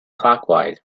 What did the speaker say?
clockwise